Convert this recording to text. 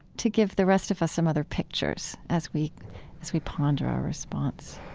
to give the rest of us some other pictures as we as we ponder our response?